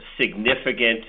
significant